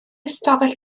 ystafell